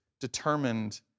determined